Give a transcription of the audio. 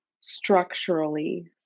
structurally